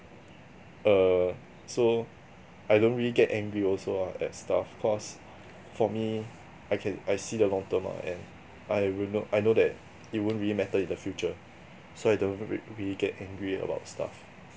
err so I don't really get angry also ah at stuff because for me I can I see the long term ah and I I know that it won't really matter in the future so I don't rea~ really get angry about stuff